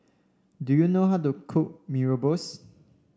do you know how to cook Mee Rebus